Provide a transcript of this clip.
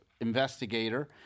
investigator